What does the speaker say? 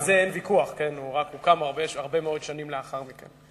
על זה אין ויכוח, הוא קם הרבה מאוד שנים לאחר מכן.